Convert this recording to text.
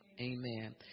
Amen